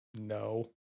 no